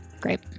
Great